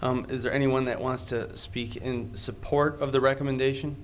is there anyone that wants to speak in support of the recommendation